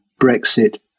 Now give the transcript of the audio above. Brexit